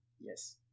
Yes